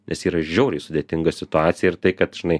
nes yra žiauriai sudėtinga situacija ir tai kad žinai